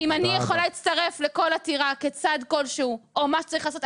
אם אני יכולה להצטרף לכל עתירה כצד כלשהו או מה שצריך לעשות,